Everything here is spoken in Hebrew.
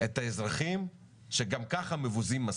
את האזרחים שגם ככה מבוזים מספיק.